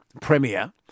Premier